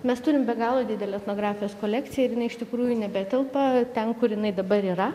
mes turim be galo didelę etnografijos kolekciją ir jinai iš tikrųjų nebetelpa ten kur jinai dabar yra